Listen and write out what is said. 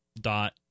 dot